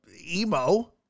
emo